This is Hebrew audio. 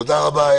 תודה רבה.